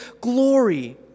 glory